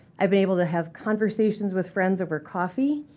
i've been able to have conversations with friends over coffee,